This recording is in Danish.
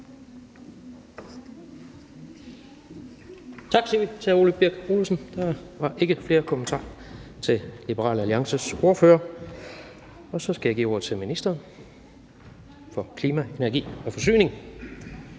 Tak til hr. Ole Birk Olesen. Der er ikke flere kommentarer til Liberal Alliances ordfører. Og så skal jeg give ordet til ministeren for klima, energi og forsyning.